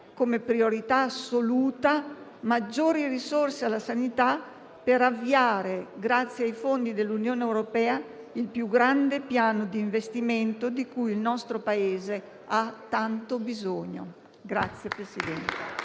come priorità assoluta, maggiori risorse alla sanità per avviare, grazie ai fondi dell'Unione europea, il più grande piano di investimento di cui il nostro Paese ha tanto bisogno.